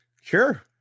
Sure